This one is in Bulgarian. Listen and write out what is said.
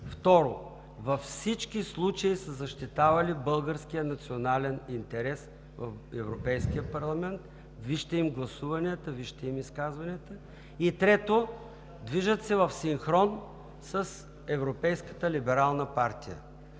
второ, във всички случаи са защитавали българския национален интерес в Европейския парламент – вижте им гласуванията, вижте им изказванията. Трето, движат се в синхрон с Европейската либерална партия.